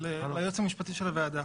ליועץ המשפטי של הוועדה.